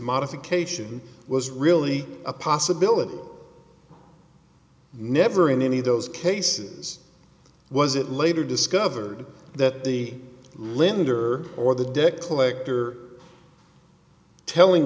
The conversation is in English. modification was really a possibility never in any of those cases was it later discovered that the lender or the debt collector telling